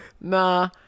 nah